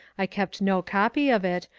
i kept no copy of it,